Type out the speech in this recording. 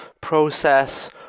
process